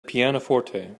pianoforte